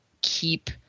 keep